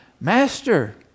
Master